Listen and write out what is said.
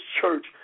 church